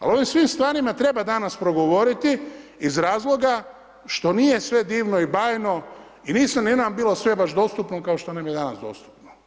Ali o ovim svim stvarima treba danas progovoriti iz razloga što nije sve divno i bajno i nije nam bilo sve baš dostupno kao što nam je danas dostupno.